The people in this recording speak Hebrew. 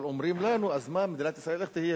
אבל אומרים לנו: אז מה, מדינת ישראל, איך תהיה?